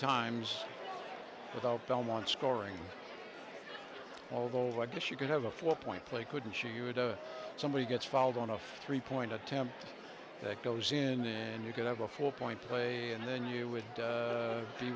times without belmont scoring although i guess you could have a four point play couldn't she you had a somebody gets filed on a three point attempt that goes in and you could have a full point play and then you would